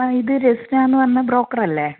ആ ഇത് റെസ്നാന്ന് പറഞ്ഞ ബ്രോക്കർ അല്ലെ